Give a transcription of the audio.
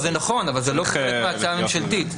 זה נכון, אבל זה לא חלק מההצעה הממשלתית.